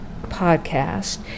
podcast